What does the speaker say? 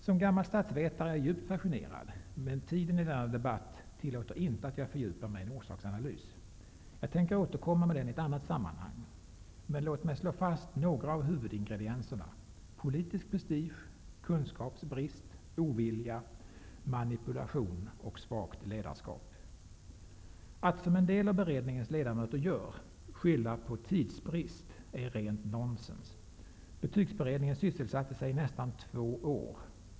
Som gammal statsvetare är jag djupt fascinerad, men tiden i denna debatt tillåter inte att jag fördjupar mig i en orsaksanalys - jag tänker återkomma med den i ett annat sammanhang - men låt mig slå fast några av huvudingredienserna: politisk prestige, kunskapsbrist, ovilja, manipulation och svagt ledarskap. Att, som en del av beredningens ledamöter gör, skylla på tidsbrist är rent nonsens. Betygsberedningen sysselsatte sig i nästan två år.